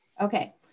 Okay